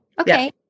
okay